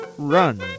Run